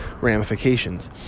ramifications